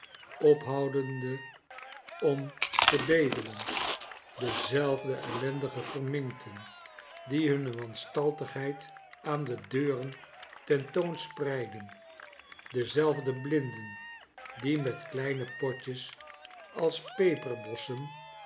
ophoudende om te bedelen dezelfde ellendige verminkten die hunne wanstaltigheid aan de deuren ten toon spreiden dezelfde blinden die met kleine potjes als